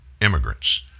immigrants